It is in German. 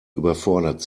überfordert